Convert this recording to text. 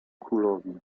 królowi